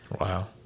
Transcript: Wow